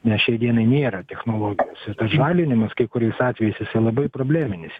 nes šiai dienai nėra technologijos ir taa žalinimas kai kuriais atvejais jisai labai probleminis